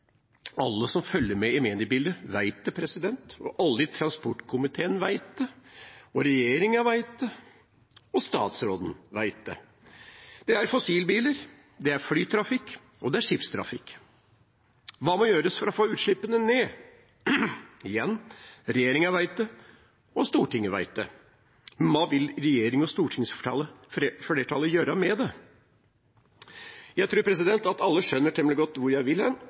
Alle som følger med i mediebildet, vet det, og alle i transportkomiteen vet det. Og regjeringen vet det. Og statsråden vet det. – Det er fossilbiler, det er flytrafikk, og det er skipstrafikk. Hva må gjøres for å få utslippene ned? Igjen: Regjeringen vet det, og Stortinget vet det. Men hva vil regjering og stortingsflertallet gjøre med det? Jeg tror alle skjønner temmelig godt hvor jeg vil hen: